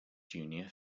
junior